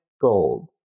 gold